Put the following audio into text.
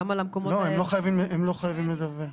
לא, הם לא חייבים לדווח.